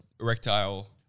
erectile